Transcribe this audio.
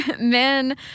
Men